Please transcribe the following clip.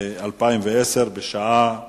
בקטע כביש בן כקילומטר אחד שבו תנועה ערה